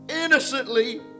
innocently